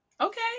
okay